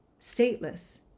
stateless